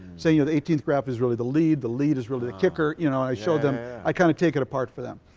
so your eighteenth draft is really the lead. the lead is really the kicker, you know, i showed them, i'd kind of take it apart for them.